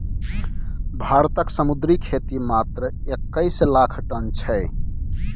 भारतक समुद्री खेती मात्र एक्कैस लाख टन छै